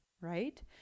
right